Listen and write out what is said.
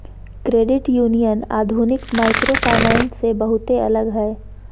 credit union आधुनिक microfinance से बहुते अलग हय